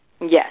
Yes